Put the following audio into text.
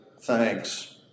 thanks